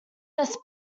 this